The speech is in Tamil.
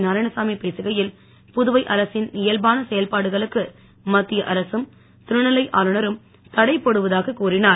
நாராயணசாமி பேசுகையில் புதுவை அரசின் இயல்பான செயல்பாடுகளுக்கு மத்திய அரசும் துணைநிலை ஆளுநரும் தடை போடுவதாக கூறினார்